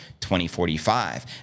2045